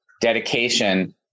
dedication